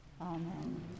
Amen